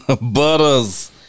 Butters